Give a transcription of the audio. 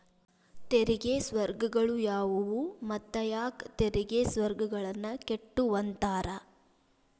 ತೆರಿಗೆ ಸ್ವರ್ಗಗಳು ಯಾವುವು ಮತ್ತ ಯಾಕ್ ತೆರಿಗೆ ಸ್ವರ್ಗಗಳನ್ನ ಕೆಟ್ಟುವಂತಾರ